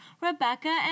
Rebecca